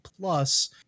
plus